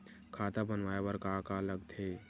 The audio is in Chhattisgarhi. खाता बनवाय बर का का लगथे?